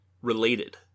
related